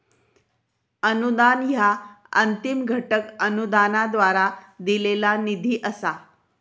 अनुदान ह्या अंतिम घटक अनुदानाद्वारा दिलेला निधी असा